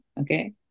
okay